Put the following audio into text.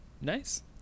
Nice